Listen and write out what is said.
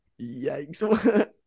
Yikes